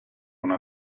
una